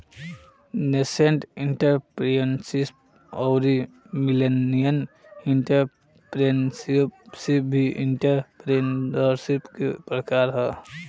nascent entrepreneurship अउरी millennial entrepreneurship भी entrepreneurship के ही प्रकार ह